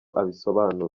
abisobanura